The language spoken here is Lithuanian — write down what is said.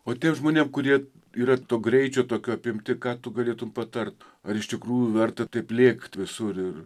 o tiems žmonėms kurie įrengtu greičio tokiu apimti ką tu galėtumei patarti ar iš tikrųjų verta taip lėkti visur ir